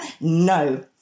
No